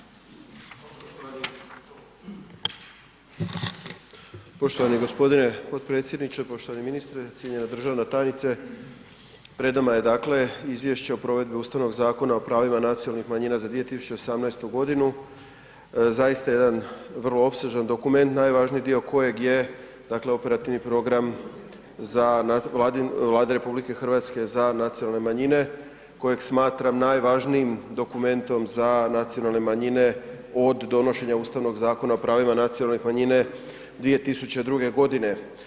Poštovani gospodine potpredsjedniče, poštovani ministre, cijenjena državna tajnice pred nama je dakle Izvješće o provedbi Ustavnog zakona o pravima nacionalnih manjina za 2018. godinu, zaista jedan vrlo opsežan dokument najvažniji dio kojeg je dakle operativni program za, Vlade RH za nacionalne manjine kojeg smatram najvažnijim dokumentom za nacionalne manjine od donošenja Ustavnog zakona o pravima nacionalnih manjina 2002. godine.